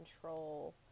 control